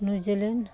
New Zealand